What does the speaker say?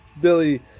Billy